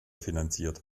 finanziert